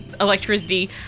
electricity